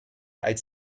als